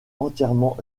entièrement